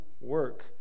work